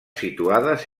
situades